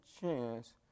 chance